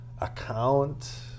account